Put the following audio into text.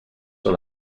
sur